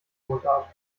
mundart